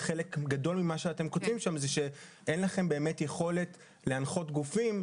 וחלק גדול ממה שאתם כותבים שם זה שאין לכם באמת יכולת להנחות גופים,